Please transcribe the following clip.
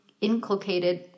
inculcated